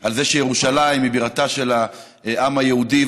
על זה שירושלים היא בירתו של העם היהודי.